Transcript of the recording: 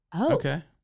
Okay